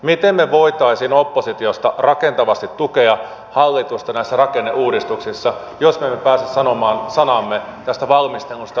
miten me voisimme oppositiosta rakentavasti tukea hallitusta näissä rakenneuudistuksissa jos me emme pääse sanomaan sanaamme tästä valmistelusta millään tapaa